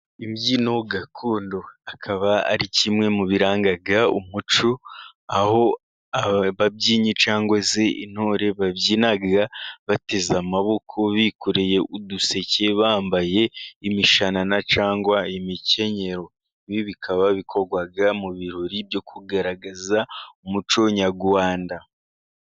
Imbyino gakondo, akaba ari kimwe mu biranga umucyo, aho ababyinnyi cyangwa se, intore babyina bateza amaboko, bikoreye uduseke, bambaye imishanana cyangwa imikenyero, bikaba bikorwa mu birori byo kugaragaza umucyo nyarwada.